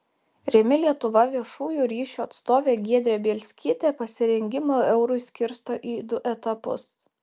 rimi lietuva viešųjų ryšių atstovė giedrė bielskytė pasirengimą eurui skirsto į du etapus